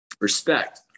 respect